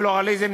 פלורליזם,